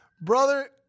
Brother